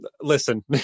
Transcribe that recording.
listen